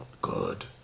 good